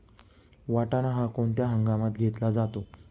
वाटाणा हा कोणत्या हंगामात घेतला जातो?